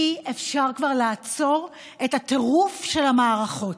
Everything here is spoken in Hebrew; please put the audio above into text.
אי-אפשר כבר לעצור את הטירוף של המערכות.